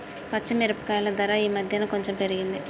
పచ్చి మిరపకాయల ధర ఈ మధ్యన కొంచెం పెరిగింది